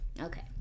Okay